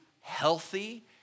healthy